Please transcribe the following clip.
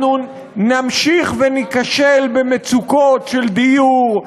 אנחנו נמשיך וניכשל במצוקות של דיור,